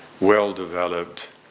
well-developed